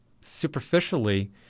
superficially